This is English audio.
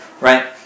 right